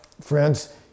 friends